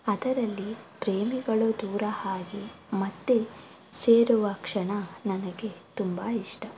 ಅದರಲ್ಲಿ ಪ್ರೇಮಿಗಳು ದೂರ ಆಗಿ ಮತ್ತೆ ಸೇರುವ ಕ್ಷಣ ನನಗೆ ತುಂಬ ಇಷ್ಟ